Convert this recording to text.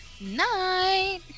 Night